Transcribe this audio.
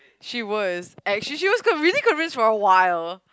she was actually she was convinced really convinced for awhile